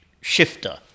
shifter